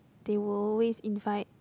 they will always invite